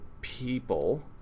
people